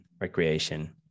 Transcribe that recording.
recreation